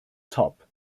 top